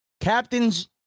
Captains